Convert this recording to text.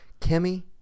Kimmy